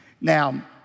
Now